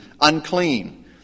unclean